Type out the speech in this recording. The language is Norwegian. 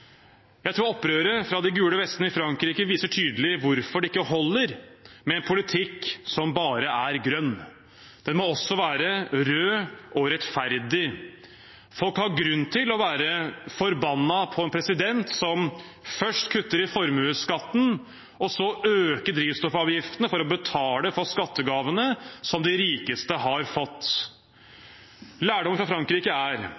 Jeg tror opprøret fra de gule vestene i Frankrike viser tydelig hvorfor det ikke holder med en politikk som bare er grønn. Den må også være rød og rettferdig. Folk har grunn til å være forbanna på en president som først kutter i formuesskatten, og så øker drivstoffavgiftene for å betale for skattegavene som de rikeste har fått. Lærdommen fra Frankrike er